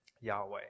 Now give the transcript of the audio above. Yahweh